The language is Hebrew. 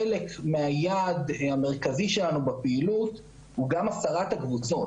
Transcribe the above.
חלק מהיעד המרכזי שלנו בפעילות הוא גם הפרת הקבוצות